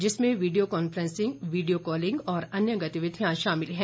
जिसमें video conferencing video calling और अन्य गतिविधियां शामिल हैं